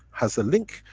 has a link,